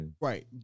Right